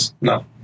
No